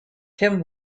kim